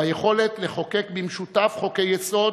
ביכולת לחוקק במשותף חוקי-יסוד,